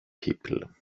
people